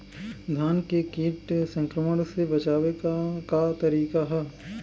धान के कीट संक्रमण से बचावे क का तरीका ह?